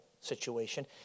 situation